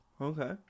Okay